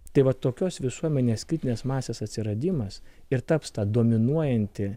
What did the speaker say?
tai va tokios visuomenės kritinės masės atsiradimas ir taps ta dominuojanti